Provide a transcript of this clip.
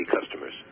customers